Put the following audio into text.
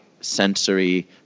sensory